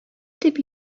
дип